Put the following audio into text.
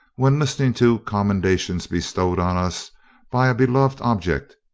when listening to commendations bestowed on us by a beloved object,